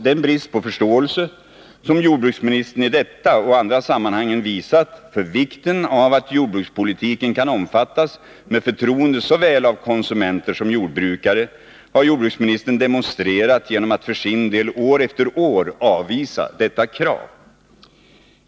Den brist på förståelse som jordbruksministern i detta och andra sammanhang visat för vikten av att jordbrukspolitiken kan omfattas med förtroende av såväl konsumenter som jordbrukare har jordbruksministern demonstrerat genom att för sin del år efter år avvisa detta krav.